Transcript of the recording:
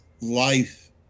life